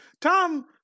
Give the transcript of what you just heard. Tom